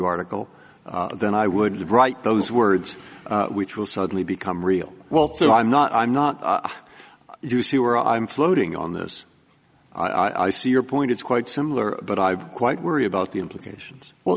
article then i would write those words which will suddenly become real wealth so i'm not i'm not you see where i'm floating on this i see your point is quite similar but i've quite worry about the implications well